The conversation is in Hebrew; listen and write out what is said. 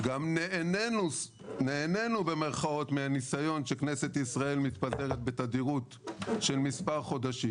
גם "נהנינו" מהניסיון שכנסת ישראל מתפזרת בתדירות של מספר חודשים.